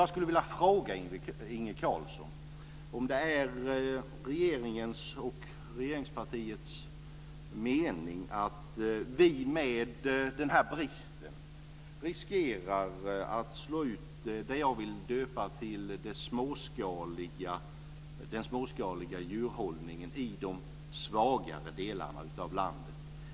Jag skulle vilja fråga Inge Carlsson om det är regeringens och regeringspartiets mening att vi med den här bristen ska riskera att slå ut det jag vill kalla den småskaliga djurhållningen i de svagare delarna av landet.